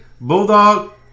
Bulldog